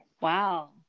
Wow